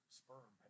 sperm